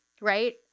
right